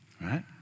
right